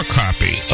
copy